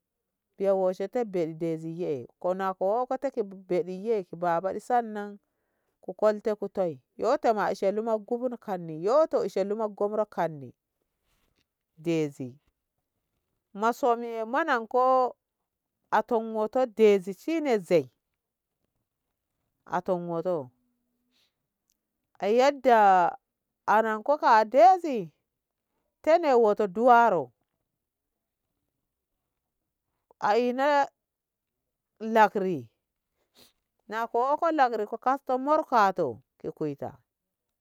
Yau wa shete beɗi dezi ye ko na ko wo ko te ko be ɗiye babaɗi sannan ko kolte kutai yoto ma shellu kubu nu kanni yoto ishellu ma gobro kanni yoto shellu ma gobro kanni dezi maso min me nan ko atom wo'oto dezi shi ne zei aton wo'oto a yadda ana ko ka bezi tene wo'oto duwaro a in lakri na ko'oko lakri na kowo ko ka to mor kato ki kuita.